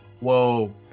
whoa